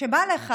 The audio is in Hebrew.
כשבא לך